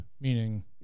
meaning